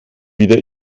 wieder